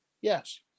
Yes